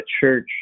church